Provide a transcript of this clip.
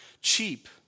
cheap